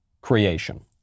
creation